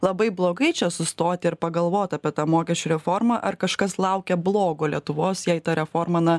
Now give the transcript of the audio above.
labai blogai čia sustoti ir pagalvot apie tą mokesčių reformą ar kažkas laukia blogo lietuvos jei ta reforma na